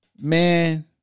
Man